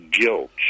guilt